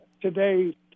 today